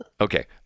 Okay